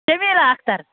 Sameera Akhtar